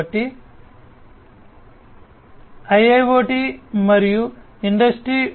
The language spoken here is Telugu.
కాబట్టి IIoT మరియు ఇండస్ట్రీ 4